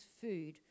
food